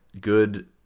good